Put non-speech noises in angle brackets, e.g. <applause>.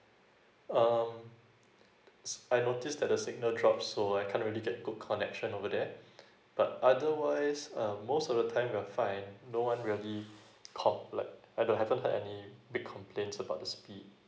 um s~ I noticed that the signal drop so I can't really get good connection over there <breath> but otherwise um most of the time we're fine no one really called like I don't haven't had any big complains about the speed